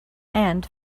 and